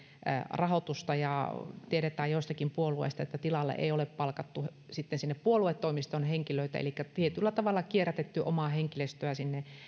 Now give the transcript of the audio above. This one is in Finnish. rahoitusta ja tiedetään joistakin puolueista että tilalle ei ole palkattu sinne puoluetoimistoon henkilöitä elikkä tietyllä tavalla on kierrätetty omaa henkilöstöä sinne